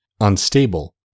unstable